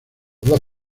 dos